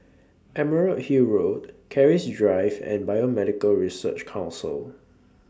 Emerald Hill Road Keris Drive and Biomedical Research Council